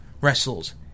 wrestles